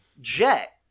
jet